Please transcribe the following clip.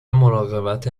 مراقبت